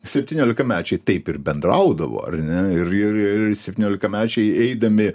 septyniolikamečiai taip ir bendraudavo ar ne ir ir ir ir septyniolikamečiai eidami